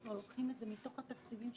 יוצגתם כאן כבר בתחילת הדיון.